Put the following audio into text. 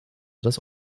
das